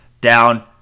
down